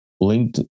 linked